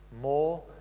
More